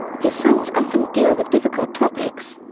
his songs often deal with difficult topics.